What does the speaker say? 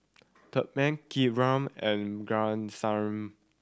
Tharman Vikram and